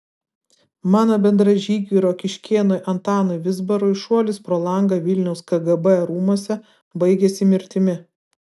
mano bendražygiui rokiškėnui antanui vizbarui šuolis pro langą vilniaus kgb rūmuose baigėsi mirtimi